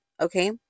Okay